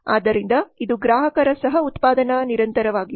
ಆದ್ದರಿಂದ ಇದು ಗ್ರಾಹಕರ ಸಹ ಉತ್ಪಾದನಾ ನಿರಂತರವಾಗಿದೆ